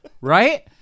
right